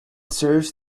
serves